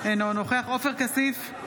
אינו נוכח עופר כסיף,